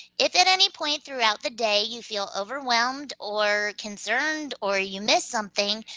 if at any point throughout the day, you feel overwhelmed or concerned, or you miss something,